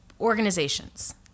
organizations